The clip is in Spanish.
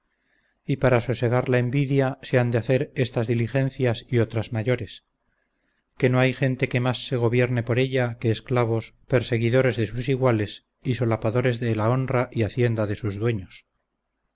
y para sosegar la envidia se han de hacer estas diligencias y otras mayores que no hay gente que más se gobierne por ella que esclavos perseguidores de sus iguales y solapadores de la honra y hacienda de sus dueños